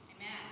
Amen